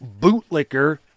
bootlicker